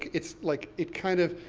it's like, it kind of,